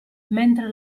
mentre